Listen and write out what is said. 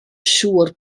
siŵr